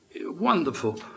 Wonderful